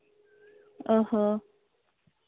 ᱚᱸᱻ ᱦᱚᱸ